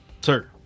Sir